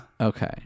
Okay